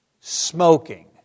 smoking